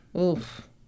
Oof